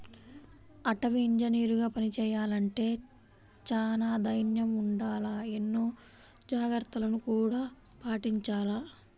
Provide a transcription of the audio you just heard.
అటవీ ఇంజనీరుగా పని చెయ్యాలంటే చానా దైర్నం ఉండాల, ఎన్నో జాగర్తలను గూడా పాటించాల